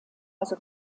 also